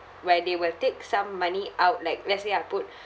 where they will take some money out like let's say I put